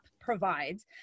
provides